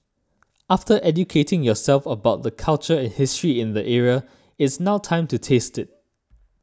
after educating yourself about the culture and history in the area it's now time to taste it